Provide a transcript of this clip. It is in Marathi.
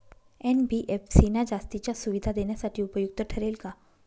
एन.बी.एफ.सी ना जास्तीच्या सुविधा देण्यासाठी उपयुक्त ठरेल का?